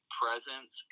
presence